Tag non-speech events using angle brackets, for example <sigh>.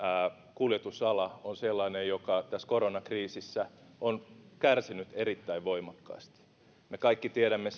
kuljetusala on sellainen joka tässä koronakriisissä on kärsinyt erittäin voimakkaasti me kaikki tiedämme <unintelligible>